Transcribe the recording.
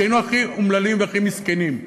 כשהיינו הכי אומללים והכי מסכנים.